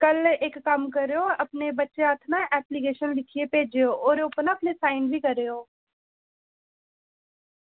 कल इक कम्म करेओ अपने बच्चे हत्थ ना अपनी ऐप्लीकेशन लिखयै भेजेओ होर उप्पर ना अपने साइन बी करेओ